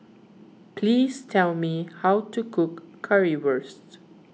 please tell me how to cook Currywurst